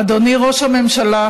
אדוני ראש הממשלה,